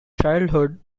childhood